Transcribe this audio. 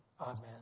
Amen